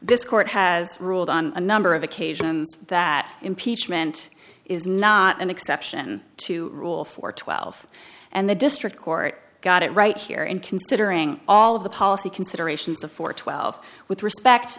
this court has ruled on a number of occasions that impeachment is not an exception to rule for twelve and the district court got it right here in considering all of the policy considerations of four twelve with respect